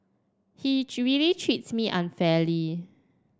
he really treats me unfairly